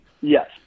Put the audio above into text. Yes